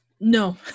No